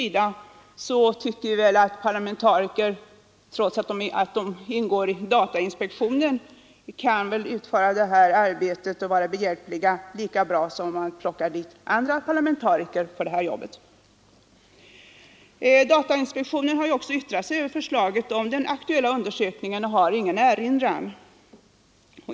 Inom utskottsmajoriteten tror vi att de parlamentariker som ingår i datainspektionen kan utföra det här arbetet lika bra som andra parlamentariker skulle kunna göra. Datainspektionen har också yttrat sig över det aktuella förslaget till undersökning och har ingen erinran.